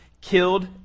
killed